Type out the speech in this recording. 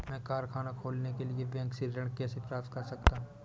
मैं कारखाना खोलने के लिए बैंक से ऋण कैसे प्राप्त कर सकता हूँ?